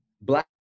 black